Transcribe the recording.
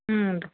ಹ್ಞೂ